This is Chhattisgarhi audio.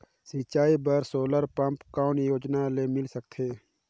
सिंचाई बर सोलर पम्प कौन योजना ले मिल सकथे?